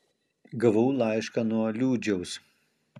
gavau laišką nuo liūdžiaus